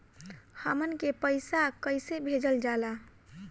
हमन के पईसा कइसे भेजल जाला?